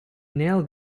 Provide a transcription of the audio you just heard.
nail